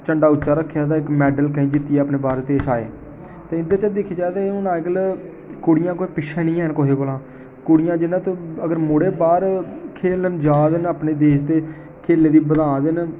झंडा उच्चा रखेआ ते मेडल केईं जीत्तियै ते अपने भारत देश आये ते इं'दे च दिक्खेआ जा ते अज्जकल कुड़ियां कोई पिच्छें निं हैन कोहे कोला कुड़ियां जि'नें तों अगर मुड़े बाहर खेल्लन जा दे न अपने देश दे खेल्लें दी बधा दे न